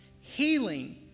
Healing